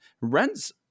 rents